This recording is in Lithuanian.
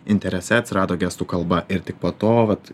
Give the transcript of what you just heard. interese atsirado gestų kalba ir tik po to vat